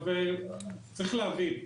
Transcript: צריך להבין,